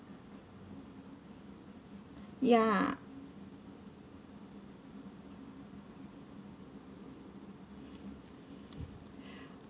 ya